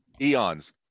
eons